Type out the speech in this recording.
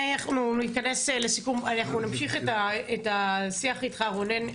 אנחנו נמשיך את השיח איתך רונן.